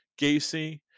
Gacy